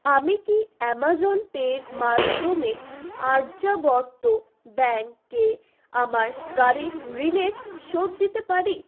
আমি কি Amazon Pay মাধ্যমে আর্যাবর্ত ব্যাঙ্কে আমার গাড়ির ঋণের শোধ দিতে পারি